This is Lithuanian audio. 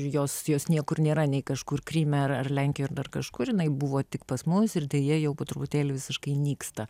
ir jos jos niekur nėra nei kažkur kryme ar lenkijoj dar kažkur jinai buvo tik pas mus ir deja jau po truputėlį visiškai nyksta